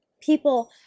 people